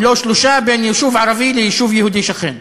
אם לא שלושה, בין יישוב ערבי ליישוב יהודי שכן.